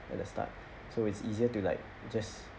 at the start so it's easier to like just